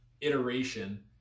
iteration